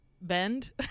bend